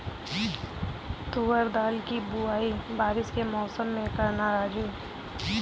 तुवर दाल की बुआई बारिश के मौसम में करना राजू